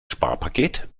sparpaket